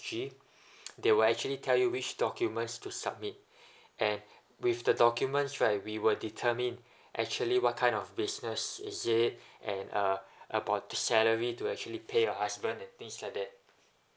they will actually tell you which documents to submit and with the documents right we will determine actually what kind of business is it and uh about the salary to actually pay your husband and things like that